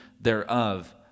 thereof